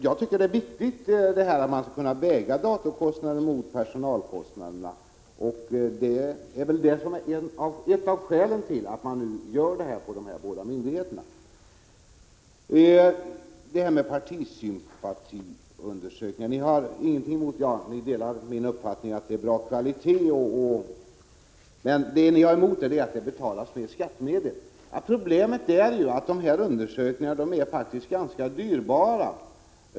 Jag tycker att det är viktigt att kunna väga datorkostnader mot personalkostnader, och det är ett av skälen till att man lämnar denna frihet till dessa båda myndigheter. Ni har vidare inget emot partisympatiundersökningar och delar min uppfattning att dessa har en bra kvalitet, men ni är emot att de skall betalas med skattemedel. Problemet är att dessa undersökningar är ganska dyra.